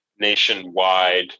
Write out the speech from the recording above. nationwide